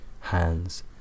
hands